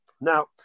Now